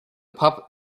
pup